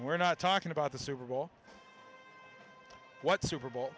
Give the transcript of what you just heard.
we're not talking about the super bowl what super bowl